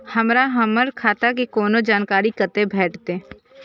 हमरा हमर खाता के कोनो जानकारी कतै भेटतै?